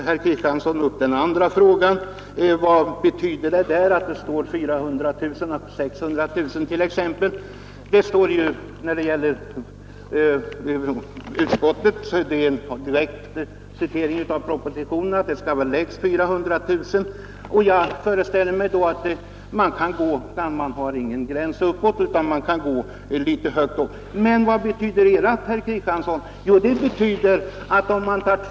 Herr Kristiansson i Harplinge frågade vad det betyder när man skriver 400 000 eller 600 000 kronor. När det gäller utskottet kan jag säga att det är ett direkt citat ur propositionen, nämligen att det skall vara lägst 400 000 kronor. Man har ingen gräns uppåt utan kan gå högre. Men vad betyder ert förslag, herr Kristiansson?